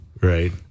Right